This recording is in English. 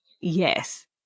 yes